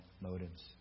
motives